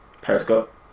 Periscope